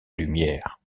lumière